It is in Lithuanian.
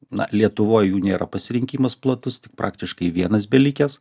na lietuvoj jų nėra pasirinkimas platus tik praktiškai vienas belikęs